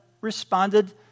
responded